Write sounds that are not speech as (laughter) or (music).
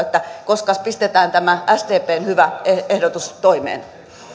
(unintelligible) että koskas pistetään tämä sdpn hyvä ehdotus toimeen